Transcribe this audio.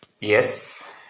yes